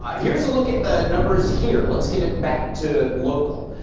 um here's a look at the numbers here. let's get it back to local.